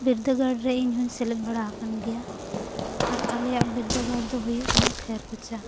ᱵᱤᱨᱫᱟᱹᱜᱟᱲ ᱨᱮ ᱤᱧ ᱦᱚᱧ ᱥᱮᱞᱮᱫ ᱵᱟᱲᱟ ᱟᱠᱟᱱ ᱜᱮᱭᱟ ᱟᱨ ᱟᱞᱮᱭᱟᱜ ᱵᱤᱨᱫᱟᱹᱜᱟᱲ ᱫᱚ ᱦᱩᱭᱩᱜ ᱠᱟᱱᱟ ᱠᱷᱟᱭᱟᱨᱠᱚᱪᱟ